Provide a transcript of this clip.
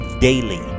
daily